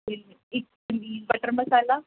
ਅਤੇ ਇੱਕ ਪਨੀਰ ਬਟਰ ਮਸਾਲਾ